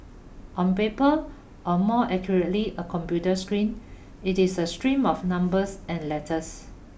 on paper or more accurately a computer screen it is a stream of numbers and letters